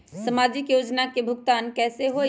समाजिक योजना के भुगतान कैसे होई?